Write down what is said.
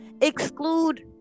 exclude